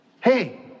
hey